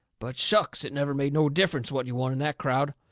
but shucks! it never made no difference what you won in that crowd.